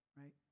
right